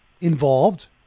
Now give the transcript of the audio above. involved